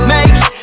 Makes